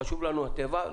חשוב לנו הטבע,